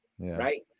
right